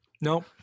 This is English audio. No